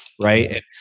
right